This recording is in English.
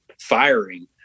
firing